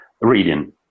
Reading